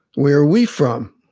where are we from?